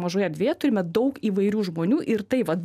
mažoje erdvėje turime daug įvairių žmonių ir tai vat